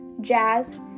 jazz